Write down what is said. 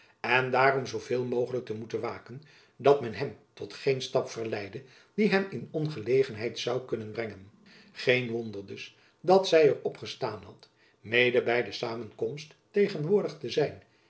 en daarom zoo veel mogelijk te moeten waken dat men hem tot geen stap verleidde die hem in ongelegenheid zoû kunnen brengen geen wonder dus dat zy er op gestaan had mede by de samenkomst tegenwoordig te zijn